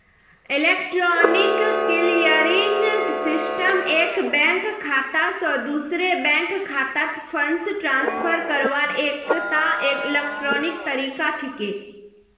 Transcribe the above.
electronic clearing system एक bank खाता स दूसरे बैंक खातात फंड ट्रांसफर करवार एकता इलेक्ट्रॉनिक तरीका छिके